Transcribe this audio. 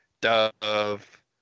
Dove